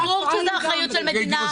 ברור שזו אחריות של מדינה,